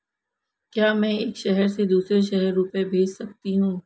क्या मैं एक शहर से दूसरे शहर रुपये भेज सकती हूँ?